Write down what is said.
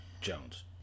Jones